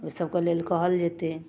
एहि सबके लेल कहल जेतै